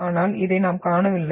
ஆனால் இதை நாம் காணவில்லை